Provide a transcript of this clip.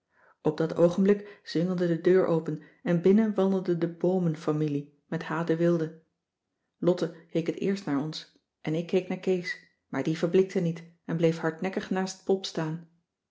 op dat oogenblik zwingelde de deur open en binnen wandelde de boomen familie met h de wilde lotte keek het eerst naar cissy van marxveldt de h b s tijd van joop ter heul ons en ik keek naar kees maar die verblikte niet en bleef hardnekkig naast pop staan